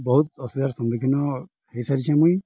ବହୁତ ଅସୁବିଧାର ସମ୍ମୁଖୀନ ହୋଇସାରିଛେ ମୁଇଁ